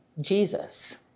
Jesus